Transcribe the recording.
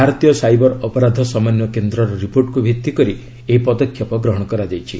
ଭାରତୀୟ ସାଇବର ଅପରାଧ ସମନ୍ଧେୟ କେନ୍ଦ୍ରର ରିପୋର୍ଟକୁ ଭିତ୍ତି କରି ଏହି ପଦକ୍ଷେପ ନିଆଯାଇଛି